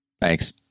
thanks